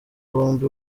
bombi